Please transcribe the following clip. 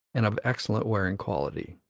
and of excellent wearing quality.